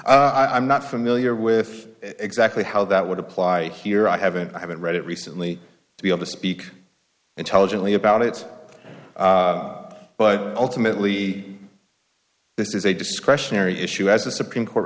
case i'm not familiar with exactly how that would apply here i haven't i haven't read it recently to be able to speak intelligently about it but ultimately this is a discretionary issue as the supreme court